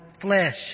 flesh